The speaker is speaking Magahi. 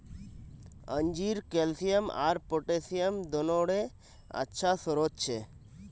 अंजीर कैल्शियम आर पोटेशियम दोनोंरे अच्छा स्रोत छे